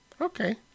Okay